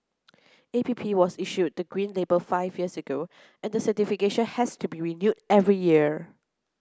A P P was issued the green label five years ago and the certification has to be renewed every year